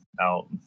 out